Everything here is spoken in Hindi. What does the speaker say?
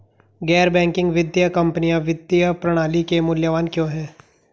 गैर बैंकिंग वित्तीय कंपनियाँ वित्तीय प्रणाली के लिए मूल्यवान क्यों हैं?